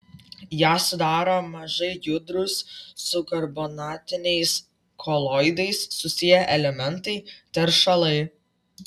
ją sudaro mažai judrūs su karbonatiniais koloidais susiję elementai teršalai